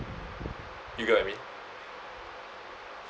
you get what I mean